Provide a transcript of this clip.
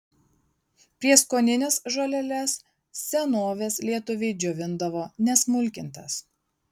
prieskonines žoleles senovės lietuviai džiovindavo nesmulkintas